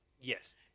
Yes